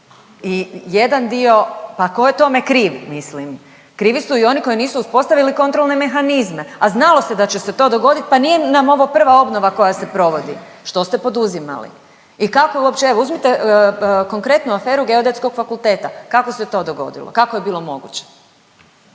I jedan dio, pa tko je tome kriv? Mislim krivi su i oni koji nisu uspostavili kontrolne mehanizme, a znalo se da će se to dogoditi, pa nije nam ovo prva obnova koja se provodi. Što ste poduzimali? I kako uopće, evo uzmite konkretno aferu Geodetskog fakulteta. Kako se to dogodilo? Kako je bilo moguće?